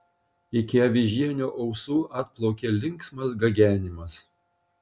iki avižienio ausų atplaukė linksmas gagenimas